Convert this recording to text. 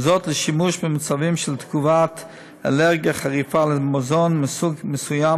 לשימוש במצבים של תגובת אלרגיה חריפה למזון מסוג מסוים,